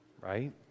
right